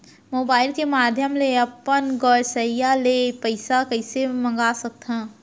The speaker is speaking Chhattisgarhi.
मोबाइल के माधयम ले अपन गोसैय्या ले पइसा कइसे मंगा सकथव?